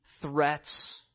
threats